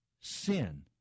sin